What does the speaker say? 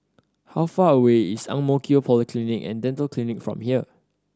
how far away is Ang Mo Kio Polyclinic and Dental Clinic from here